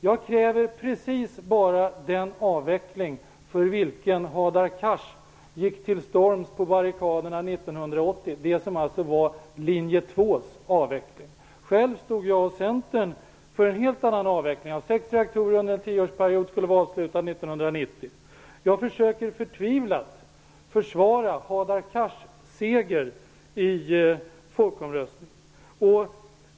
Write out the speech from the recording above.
Jag kräver precis bara den avveckling för vilken Hadar Cars gick till storms på barrikaderna 1980 -- alltså den avveckling som linje 2 förespråkade. Själv stod jag och Centern för en helt annan avveckling: sex reaktorer under en tioårsperiod. Den skulle vara avslutad 1990. Jag försöker förtvivlat försvara Hadar Cars seger i folkomröstningen.